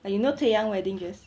like you know taeyang wedding dress